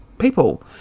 people